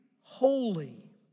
holy